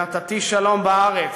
"ונתתי שלום בארץ",